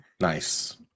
nice